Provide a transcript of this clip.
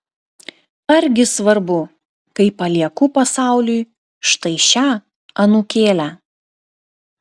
argi svarbu kai palieku pasauliui štai šią anūkėlę